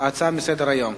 ההצעה מסדר-היום.